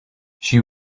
she